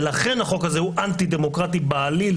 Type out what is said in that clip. ולכן החוק הזה הוא אנטי דמוקרטי בעליל.